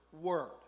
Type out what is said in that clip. word